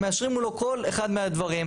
הם מאשרים מולו כל אחד מהדברים.